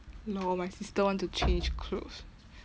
no my sister want to change clothes